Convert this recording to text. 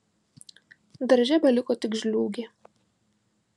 darže beliko tik žliūgė